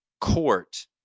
court